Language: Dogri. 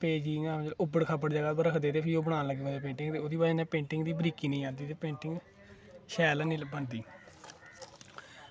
ते पेज गी इ'यां उबड़ खाबड़ जगह उप्पर रक्खदे ते बनान लग्गी पौंदे पेंटिंग ते ओह्दी बजह कन्नै पेंटिंग दी बारीकी निं आंदी ते पेंटिंग शैल ऐनी बनदी